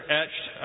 etched